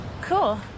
cool